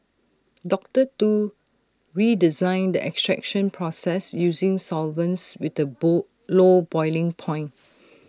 doctor Tu redesigned the extraction process using solvents with the bowl low boiling point